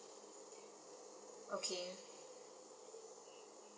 okay